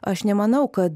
aš nemanau kad